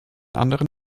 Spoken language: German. anderen